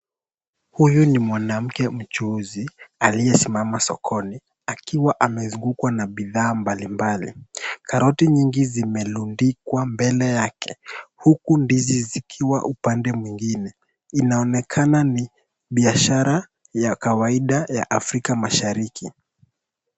Huyu ni mwanamke mchuuzi aliyesimama sokoni akiwa amezungukwa na bidhaa mbalimbali ,karoti nyingi zimerundikwa mbele yake huku ndizi zikiwa upande mwingine inaonekana ni biashara ya kawaida ya Afrika mashariki.